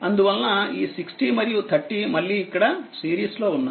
అందువలన ఈ 60మరియు30మళ్ళీ ఇక్కడ సిరీస్ లో ఉన్నాయి